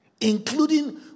including